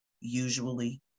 usually